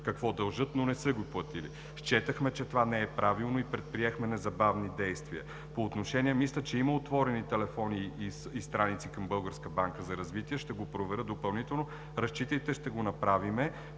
какво дължат, но не са го платили. Счетохме, че това не е правилно, и предприехме незабавни действия. Мисля, че има отворени телефони и страници към Българската банка за развитие, ще го проверя допълнително. Разчитайте, че ще го направим.